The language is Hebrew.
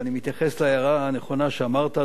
ואני מתייחס להערה הנכונה שאמרת,